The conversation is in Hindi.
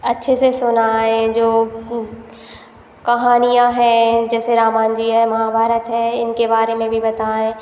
अच्छे से सुनाएँ जो कु कहानियाँ हैं जैसे रामायण जी हैं महाभारत है इनके बारे में भी बताएँ